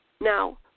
Now